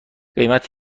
قیمت